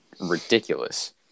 ridiculous